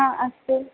हा अस्तु